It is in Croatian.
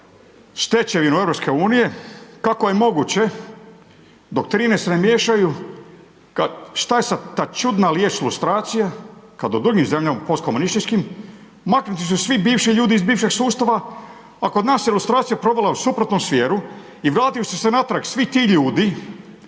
stečevinu EU, kako je moguće dok …/Govornik se ne razumije./… miješaju, šta je sa ta čudna riječ lustracije, kada u drugim zemljama, postkomunističkim maknuti su svi bivši ljudi iz bivšeg sustava, a kod nas ilustracija provela u suprotnom smjeru i vratili su se natrag svi ti ljudi,